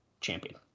champion